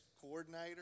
coordinator